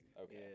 Okay